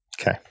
Okay